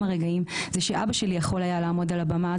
הרגעים זה שאבא שלי יכול היה לעמוד על הבמה,